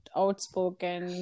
outspoken